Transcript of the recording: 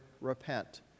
repent